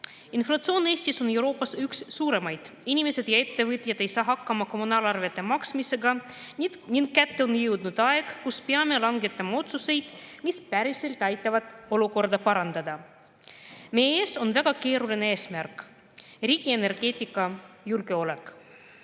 läinud. Inflatsioon Eestis on üks Euroopa suuremaid. Inimesed ja ettevõtjad ei saa hakkama kommunaalarvete maksmisega ning kätte on jõudnud aeg, kui peame langetama otsuseid, mis päriselt aitavad olukorda parandada. Meie ees on väga keeruline eesmärk: riigi energeetikajulgeolek. Esmaspäeval